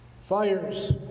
fires